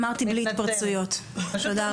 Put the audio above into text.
אמרתי בלי התפרצויות, תודה רבה.